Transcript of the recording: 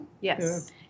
yes